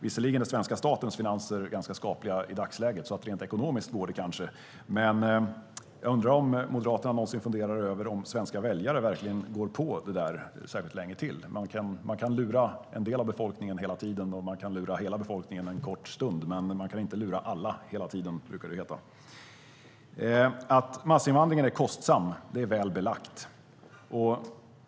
Visserligen är svenska statens finanser ganska skapliga i dagsläget, så rent ekonomiskt går det kanske, men jag undrar om Moderaterna någonsin funderar över om svenska väljare verkligen går på det där särskilt länge till. Man kan lura en del av befolkningen hela tiden och man kan lura hela befolkningen en kort stund, men man kan inte lura alla hela tiden, brukar det heta. Att massinvandringen är kostsam är väl belagt.